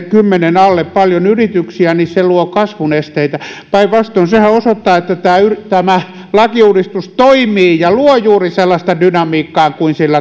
kymmenen työntekijän yrityskokoon paljon yrityksiä niin se luo kasvun esteitä päinvastoin sehän osoittaa että tämä lakiuudistus toimii ja luo juuri sellaista dynamiikkaa kuin siltä